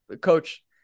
coach